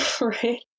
Right